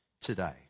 today